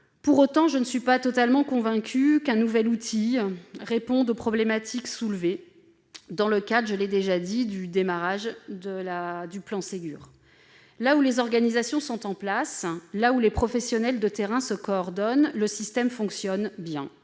Pour autant, je ne suis pas totalement convaincue qu'un nouvel outil réponde aux problématiques soulevées, en particulier dans le contexte du lancement du Ségur de la santé. Là où les organisations sont en place, là où les professionnels de terrain se coordonnent, le système fonctionne bien.